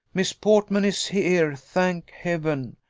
miss portman is here, thank heaven!